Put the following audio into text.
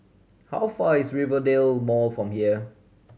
how far is Rivervale Mall from here